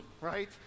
right